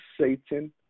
Satan